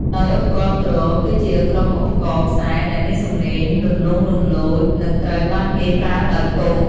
ដោយឧបករណ៍ ទ្រ គឺជាក្រុមឧបករណ៍ខ្សែដែលមានសំឡេងលន្លង់លន្លោច និងត្រូវបានគេប្រើដោយកូត។